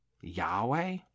Yahweh